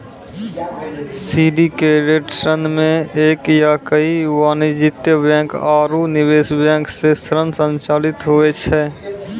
syndicated ऋण मे एक या कई वाणिज्यिक बैंक आरू निवेश बैंक सं ऋण संचालित हुवै छै